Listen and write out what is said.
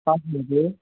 हजुर